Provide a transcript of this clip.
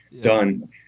Done